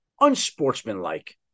unsportsmanlike